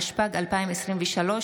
התשפ"ג 2023,